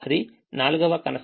అది నాల్గవ constraint